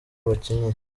abakinnyi